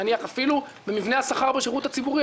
אפילו במבנה השכר בשירות הציבורי.